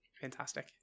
Fantastic